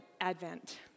Advent